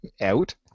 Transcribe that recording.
Out